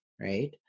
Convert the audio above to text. right